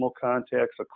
contacts